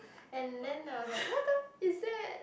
and then I was like what the is that